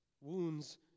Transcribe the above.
wounds